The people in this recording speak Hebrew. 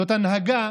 זאת הנהגה